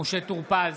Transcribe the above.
משה טור פז,